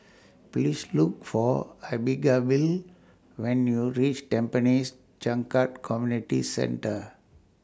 Please Look For Abigayle when YOU REACH Tampines Changkat Community Centre